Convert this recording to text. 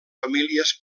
famílies